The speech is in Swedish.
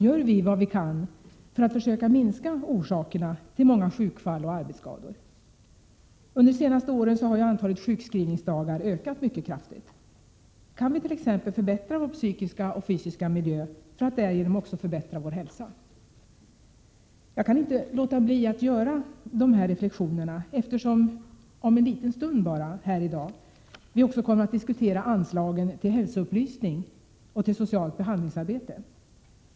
Gör vi vad vi kan för att försöka minska orsakerna till många sjukfall och arbetsskador? Under de senaste åren har ju antalet sjukskrivningsdagar ökat mycket kraftigt. Kan vit.ex. förbättra vår psykiska och fysiska miljö för att därigenom också förbättra vår hälsa? Jag kan inte låta bli att göra de här reflexionerna, eftersom vi om en liten stund här i dag också skall diskutera anslagen till hälsoupplysning och till socialt behandlingsarbete.